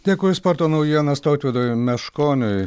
dėkui už sporto naujienas tautvydui meškoniui